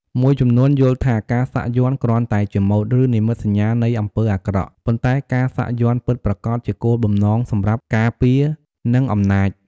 មួយចំនួនយល់ថាការសាក់យ័ន្តគ្រាន់តែជាម៉ូដ ឬនិមិត្តសញ្ញានៃអំពើអាក្រក់ ប៉ុន្តែការសាក់យ័ន្តពិតប្រាកដជាគោលបំណងសម្រាប់ ការពារ និងអំណាច។